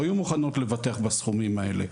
לא יהיו מוכנות לבטח בסכומים האלה.